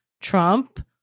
Trump